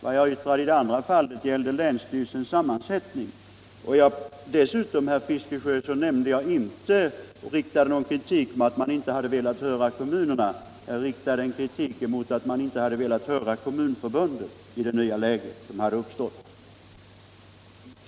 Vad jag yttrade i det andra fallet gällde länsstyrelsens sammansättning. Dessutom, herr Fiskesjö, sade jag inte att man inte velat höra kommunerna — jag riktade kritik mot att man inte velat höra Kommunförbundet i det nya läge som uppstått.